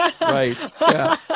right